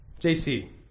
JC